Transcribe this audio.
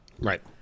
Right